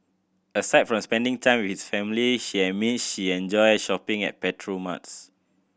aside from spending time with family she admit she enjoys shopping at petrol marts